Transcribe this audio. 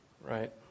Right